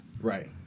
Right